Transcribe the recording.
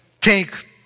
take